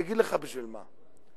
אגיד לך בשביל מה.